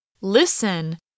Listen